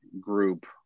group